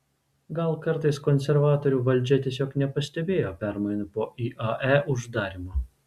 gal kartais konservatorių valdžia tiesiog nepastebėjo permainų po iae uždarymo